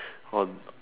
or